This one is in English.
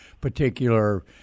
particular